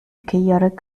chaotic